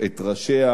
טיבייב?